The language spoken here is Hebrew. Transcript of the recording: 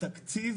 בתקציב